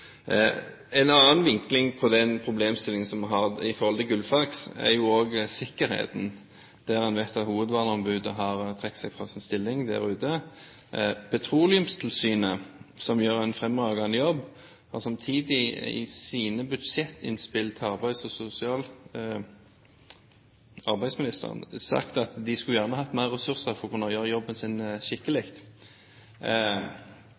En annen vinkling på den problemstillingen som vi har hatt i forhold til Gullfaks, er sikkerheten. En vet at hovedverneombudet har trukket seg fra sin stilling der ute. Petroleumstilsynet, som gjør en fremragende jobb, har samtidig i sine budsjettinnspill til arbeidsministeren sagt at de gjerne skulle hatt mer ressurser for å kunne gjøre jobben sin skikkelig.